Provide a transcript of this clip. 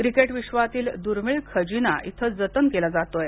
cricket विश्वातील दुर्मिळ खजिना इथे जतन केला जातोय